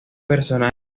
personaje